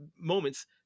moments